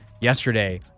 Yesterday